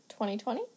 2020